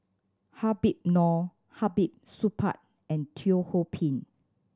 Habib Noh Hamid Supaat and Teo Ho Pin